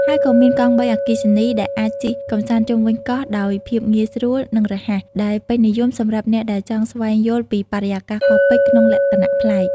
ហើយក៏មានកង់បីអគ្គិសនី ដែលអាចជិះកម្សាន្តជុំវិញកោះដោយភាពងាយស្រួល និងរហ័ស ដែលពេញនិយមសម្រាប់អ្នកដែលចង់ស្វែងយល់ពីបរិយាកាសកោះពេជ្រក្នុងលក្ខណៈប្លែក។